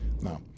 No